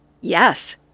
Yes